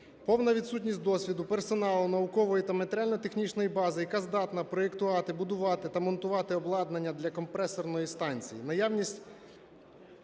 Повна відсутність досвіду, персоналу, наукової та матеріально-технічної бази, яка здатна проектувати, будувати та монтувати обладнання для компресорної станції.